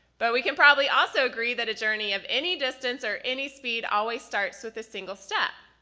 but we can probably also agree that a journey of any distance, or any speed, always starts with a single step.